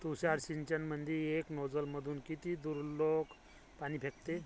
तुषार सिंचनमंदी एका नोजल मधून किती दुरलोक पाणी फेकते?